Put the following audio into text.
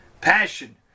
passion